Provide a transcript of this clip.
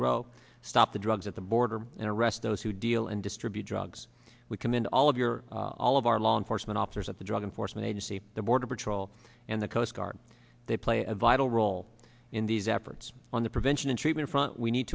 grow stop the drugs at the border and arrest those who deal and distribute drugs we commit all of your all of our law enforcement officers at the drug enforcement agency the border patrol and the coast guard they play a vital role in these efforts on the prevention and treatment front we need